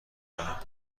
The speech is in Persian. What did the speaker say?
دارم